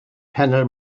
panel